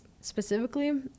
specifically